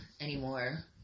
anymore